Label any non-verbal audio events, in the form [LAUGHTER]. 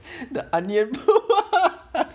the onion [LAUGHS]